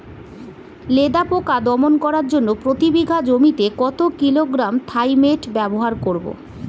লেদা পোকা দমন করার জন্য প্রতি বিঘা জমিতে কত কিলোগ্রাম থাইমেট ব্যবহার করব?